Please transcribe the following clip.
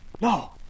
No